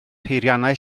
peiriannau